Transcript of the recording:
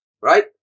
right